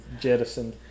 jettisoned